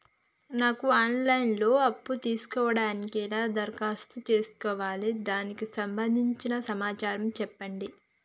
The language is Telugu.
నాకు ఆన్ లైన్ లో అప్పు తీసుకోవడానికి ఎలా దరఖాస్తు చేసుకోవాలి దానికి సంబంధించిన సమాచారం చెప్పండి?